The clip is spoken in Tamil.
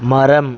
மரம்